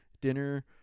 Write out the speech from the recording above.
dinner